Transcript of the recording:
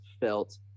felt